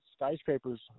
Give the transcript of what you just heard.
skyscrapers